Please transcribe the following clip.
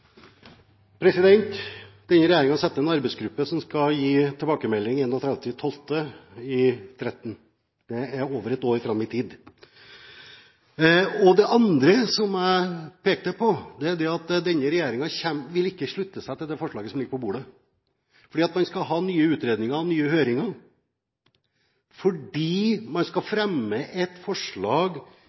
over ett år fram i tid. Det andre som jeg vil peke på, er at denne regjeringen ikke vil slutte seg til det forslaget som ligger på bordet, fordi man skal ha nye utredninger, nye høringer, fordi man skal fremme et forslag